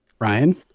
Ryan